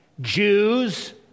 Jews